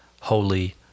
holy